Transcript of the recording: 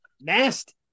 nasty